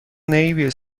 navy